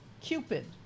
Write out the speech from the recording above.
Cupid